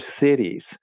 cities